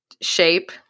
shape